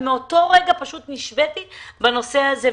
ומאותו רגע פשוט נשביתי בנושא הזה.